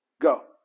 Go